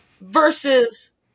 Versus